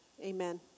Amen